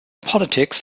politics